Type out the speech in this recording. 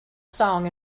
song